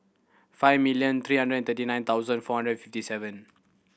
five million three hundred and thirty nine thousand four hundred fifty seven